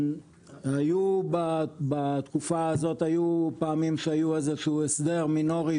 היו בתקופה הזו פעמים שהיה איזה שהוא הסדר מינורי,